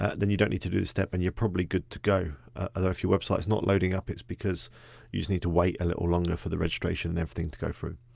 ah then you don't need to do this step and you're probably good to go. although if your website's not loading up, it's because you just need to wait a little longer for the registration and everything to go through.